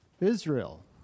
Israel